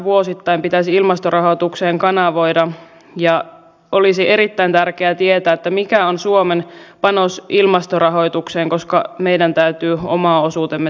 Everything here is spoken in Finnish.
näitä esteitä tulisi aktiivisesti poistaa ja näiden esteiden poistamiseen olisin tässä kohtaa panostanut enemmän rahaa kuin hallitus nyt tekee